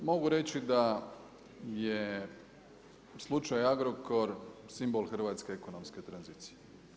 Mogu reći da je slučaj Agrokor simbol hrvatske ekonomske tranzicije.